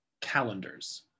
calendars